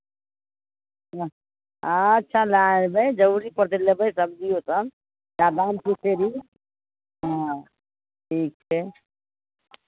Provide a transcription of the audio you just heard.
अच्छा लए जयबै जरूरी पड़तै लेबै सबजिओ तऽ सभ दाम ठीक कहु हँ ठीक छै